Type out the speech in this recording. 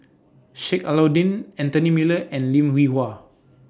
Sheik Alau'ddin Anthony Miller and Lim Hwee Hua